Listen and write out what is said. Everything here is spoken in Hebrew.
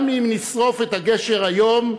גם אם נשרוף את הגשר היום,